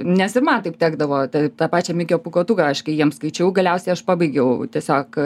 nes ir man taip tekdavo tai tą pačią mikę pūkuotuką aš kai jiems skaičiau galiausiai aš pabaigiau tiesiog